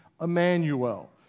Emmanuel